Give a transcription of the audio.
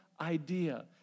idea